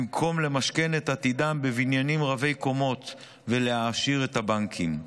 במקום למשכן את עתידם בבניינים רבי-קומות ולהעשיר את הבנקים?